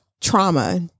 trauma